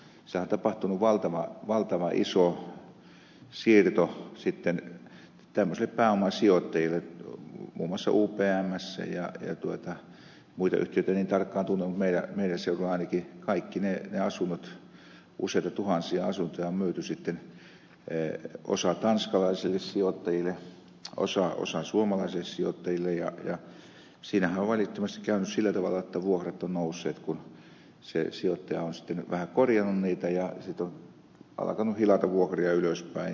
siellähän on tapahtunut valtavan iso siirto tämmöisille pääomasijoittajille muun muassa upmssä muita yhtiöitä en niin tarkkaan tunne mutta meidän seudulla ainakin kaikki ne asunnot useita tuhansia asuntoja on myyty sitten osa tanskalaisille sijoittajille osa suomalaisille sijoittajille ja siinähän on välittömästi käynyt sillä tavalla jotta vuokrat ovat nousseet kun se sijoittaja on sitten vähän korjannut niitä ja sitten on alkanut hilata vuokria ylöspäin